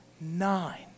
nine